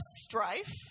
strife